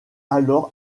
alors